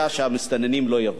שהמסתננים לא יבואו,